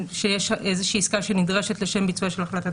שיש איזה שהיא עסקה שנדרשת לשם ביצוע של החלטת